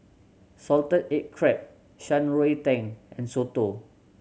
salted egg crab Shan Rui Tang and soto